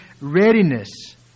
readiness